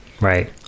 Right